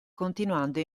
continuando